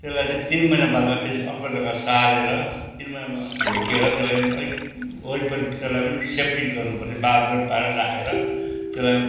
त्यसलाई चाहिँ तिन महिना बादमा चाहिँ अर्को जग्गा सारेर तिन महिनामा हुर्केर त्यसलाई अलिक वरिपरि त्यसलाई पनि सेफ्टी गर्नुपर्थ्यो बारबेर गरेर राखेर त्यसलाई